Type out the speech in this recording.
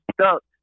stuck